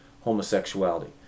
homosexuality